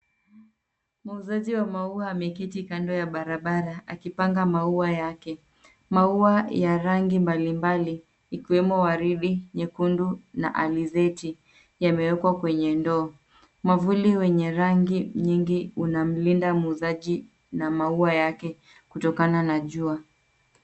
Muuzaji wa maua ameketi kando ya barabara akipanga maua yake. Maua ya rangi mbali mbali ikiwemo waridi, nyekundu na alizeti yamewekwa kwenye ndoo. Mwavuli wenye rangi nyingi unamlinda muuzaji na maua yake kutokana na jua.